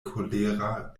kolera